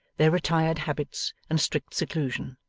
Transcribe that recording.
their retired habits, and strict seclusion.